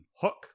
hook